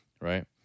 right